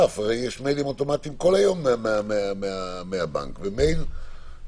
הרי יש מיילים אוטומטיים כל היום מהבנק כך